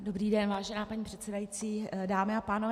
Dobrý den, vážená paní předsedající, dámy a pánové.